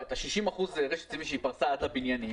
את ה-60% רשת סיבית שהיא פרסה עד הבניינים